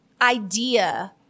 idea